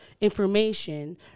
information